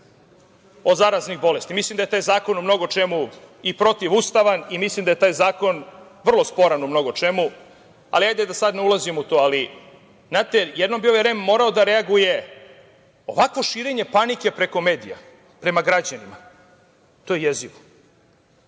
od zaraznih bolesti. Mislim da je taj zakon u mnogo čemu i protivustavan i mislim da je taj zakon vrlo sporan u mnogo čemu, ali hajde da sada ne ulazimo u to. Ali, znate, jednom bi ovaj REM morao da reaguje. Ovakvo širenje panike preko medija prema građanima, to je jezivo. Ljudi